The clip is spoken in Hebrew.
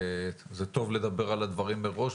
זה טוב לדבר על הדברים מראש,